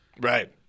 Right